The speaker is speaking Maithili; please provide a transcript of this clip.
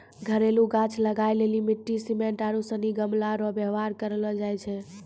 घरेलू गाछ लगाय लेली मिट्टी, सिमेन्ट आरू सनी गमलो रो वेवहार करलो जाय छै